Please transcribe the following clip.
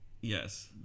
Yes